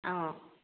ꯑꯥꯎ